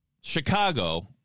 Chicago